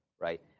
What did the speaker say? right